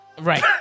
Right